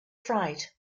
fried